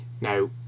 Now